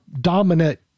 dominant